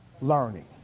Learning